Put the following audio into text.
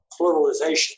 pluralization